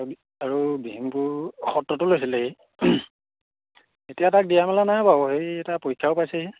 আৰু দিহিঙপুৰ সত্ৰতো লৈছিলে সি এতিয়া তাক দিয়া মেলা নাই বাৰু হেৰি এতিয়া পৰীক্ষাও পাইছেহি